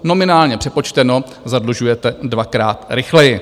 Nominálně přepočteno zadlužujete dvakrát rychleji.